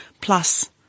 plus